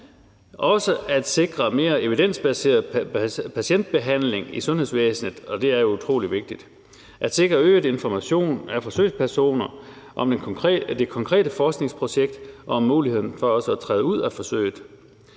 også om at sikre mere evidensbaseret patientbehandling i sundhedsvæsenet – det er utrolig vigtigt – og om at sikre øget information til forsøgspersoner om det konkrete forskningsprojekt og muligheden for også at træde ud af forsøget,